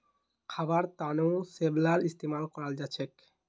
खाबार तनों शैवालेर इस्तेमाल कराल जाछेक